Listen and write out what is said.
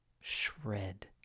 shred